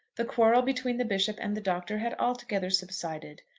the quarrel between the bishop and the doctor had altogether subsided.